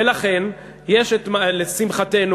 ולכן יש לשמחתנו,